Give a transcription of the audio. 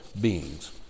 beings